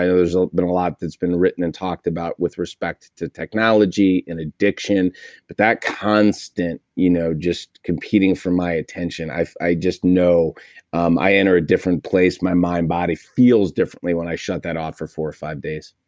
there's ah been a lot that's been written and talked about with respect to technology and addiction but that constant you know just competing for my attention, i just know um i enter a different place. my mind body feels differently when i shut that off for four or five days